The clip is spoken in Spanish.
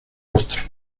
rostros